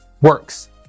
works